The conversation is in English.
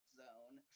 zone